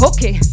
Okay